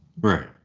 Right